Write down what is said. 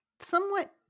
Somewhat